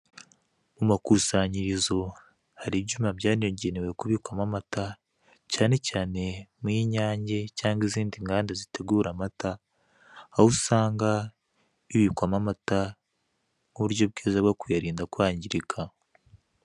Mu makusanyirizo hari ibyuma byagenewe kubikwamo amata, cyane cyane muy'inyange cyangwa izindi nganda zitegura amata. Aho usanga ibikwamo amata nk'uburyo bwiza bwo kuyarunda kwangirika.